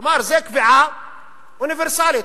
כלומר, זו קביעה אוניברסלית.